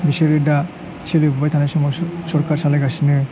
बिसोरो दा सोलिफुबाय थानाय समाव सरकार सालायगासिनो